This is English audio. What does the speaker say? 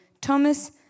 Thomas